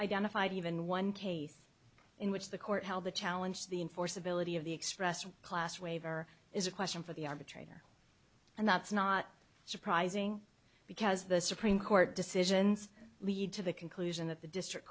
identified even one case in which the court held the challenge the enforceability of the expressed class waiver is a question for the arbitrator and that's not surprising because the supreme court decisions lead to the conclusion that the district